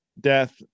Death